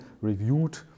reviewed